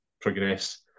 progress